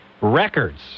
records